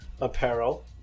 apparel